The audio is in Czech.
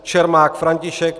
Čermák František